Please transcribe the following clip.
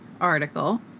article